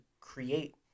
create